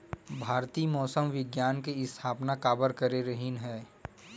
भारती मौसम विज्ञान के स्थापना काबर करे रहीन है?